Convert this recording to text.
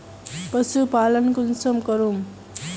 पशुपालन कुंसम करूम?